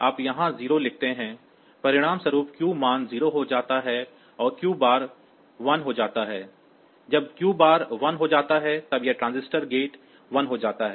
आप यहां 0 लिखते हैं परिणामस्वरूप Q मान 0 हो जाता है और Q बार 1 हो जाता है जब Q बार 1 हो जाता है तब यह ट्रांजिस्टर गेट 1 हो जाता है